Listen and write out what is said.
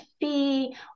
fee